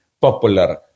popular